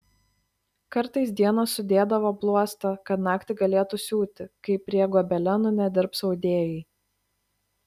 kartais dieną sudėdavo bluostą kad naktį galėtų siūti kai prie gobelenų nedirbs audėjai